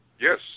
Yes